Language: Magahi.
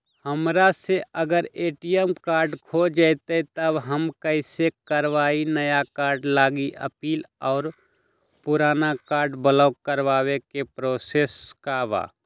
हमरा से अगर ए.टी.एम कार्ड खो जतई तब हम कईसे करवाई नया कार्ड लागी अपील और पुराना कार्ड ब्लॉक करावे के प्रोसेस का बा?